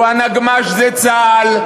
או שהנגמ"ש זה צה"ל,